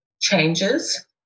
changes